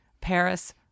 Paris